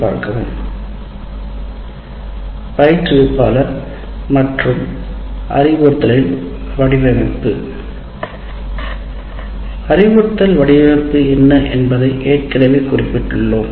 பயிற்றுவிப்பாளர் மற்றும் அறிவுறுத்தல் வடிவமைப்பு அறிவுறுத்தல் வடிவமைப்பு என்ன என்பதை ஏற்கனவே குறிப்பிட்டுள்ளோம்